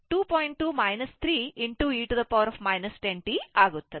2 3 e 10t ಆಗುತ್ತದೆ